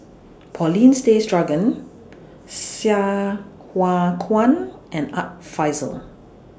Paulin Tay Straughan Sai Hua Kuan and Art Fazil